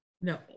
No